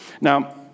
Now